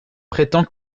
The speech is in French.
prétend